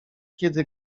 kiedy